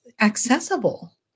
accessible